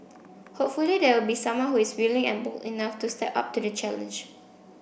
hopefully there will be someone who is willing and bold enough to step up to the challenge